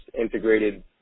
integrated